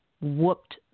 whooped